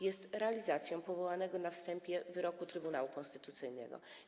Jest on realizacją powołanego na wstępie wyroku Trybunału Konstytucyjnego.